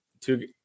two